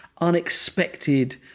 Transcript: unexpected